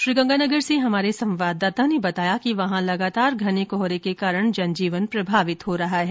श्रीगंगानगर से हमारे संवाददाता ने बताया कि वहां लगातार घने कोहरे के कारण जन जीवन प्रभावित हो रहा है